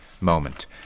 moment